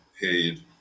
paid